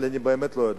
אבל אני באמת לא יודע.